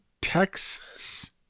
Texas